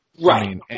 Right